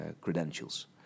credentials